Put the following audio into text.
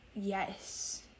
yes